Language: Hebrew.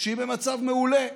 שהיא במצב מעולה.